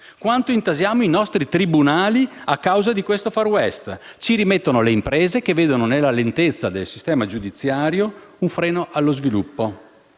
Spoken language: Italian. quanto intasiamo i nostri tribunali a causa di questo *far west*? Ci rimettono le imprese, che vedono nella lentezza del sistema giudiziario un freno allo sviluppo.